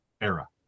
era